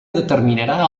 determinarà